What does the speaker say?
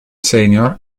senior